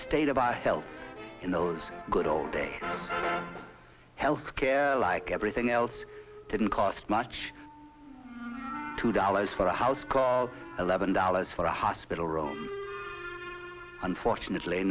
state of our in those good old days health care like everything else didn't cost much two dollars for a house call eleven dollars for a hospital room unfortunate